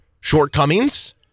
shortcomings